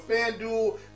FanDuel